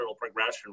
progression